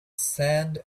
sand